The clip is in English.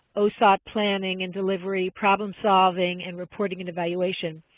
osop planning and delivery, problem solving, and reporting and evaluation.